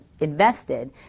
invested